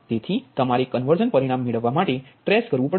તેથી તમારે કન્વર્ઝન પરિણામ મેળવવા માટે ટ્રેસ કરવું પડશે